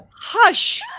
Hush